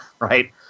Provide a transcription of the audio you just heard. right